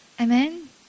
Amen